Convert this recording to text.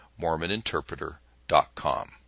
mormoninterpreter.com